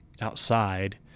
outside